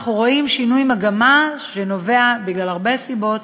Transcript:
אנחנו רואים שינוי מגמה שנובע מהרבה סיבות,